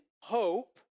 hope